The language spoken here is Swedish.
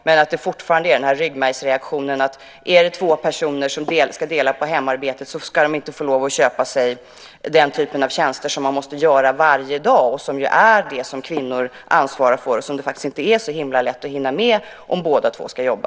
Men om det är två personer som ska dela på hemarbetet ska de inte få lov att köpa sig den typ av tjänster som man måste utföra varje dag, som ju är det som kvinnor ansvarar för och som det faktiskt inte är så himla lätt att hinna med om båda två ska jobba.